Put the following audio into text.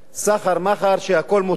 סחר-מכר שהכול מותר.